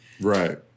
Right